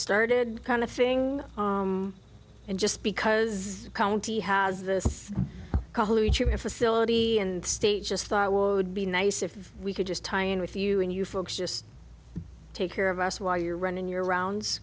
started kind of thing and just because county has this facility and state just thought it would be nice if we could just tie in with you when you folks just take care of us while you're running your rounds